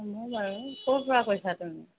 হ'ব বাৰু ক'ৰ পৰা কৈছা তুমি